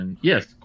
Yes